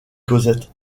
cosette